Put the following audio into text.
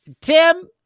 Tim